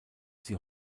sie